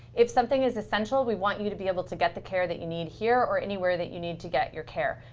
if something is essential, we want you to be able to get the care that you need here or anywhere that you need to get your care.